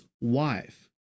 wife